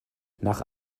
nach